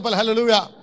hallelujah